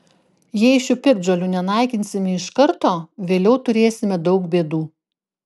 jei šių piktžolių nenaikinsime iš karto vėliau turėsime daug bėdų